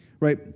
right